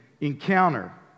encounter